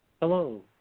Hello